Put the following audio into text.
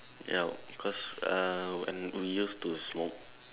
ya because uh when we used to smoke